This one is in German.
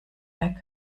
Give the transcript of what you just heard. weg